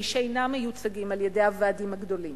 מי שאינם מיוצגים על-ידי הוועדים הגדולים.